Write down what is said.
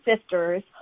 sisters